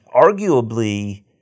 arguably